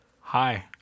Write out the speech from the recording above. Hi